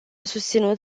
susținut